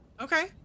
Okay